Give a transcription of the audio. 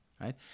right